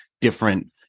different